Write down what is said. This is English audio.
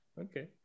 Okay